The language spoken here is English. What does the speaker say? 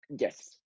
Yes